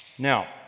Now